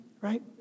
right